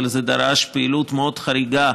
אבל זה דרש פעילות מאוד חריגה,